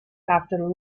after